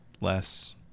less